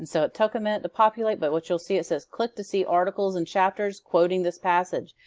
and so it took a minute to populate. but what you'll see, it says, click to see articles and chapters quoting this passage.